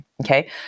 Okay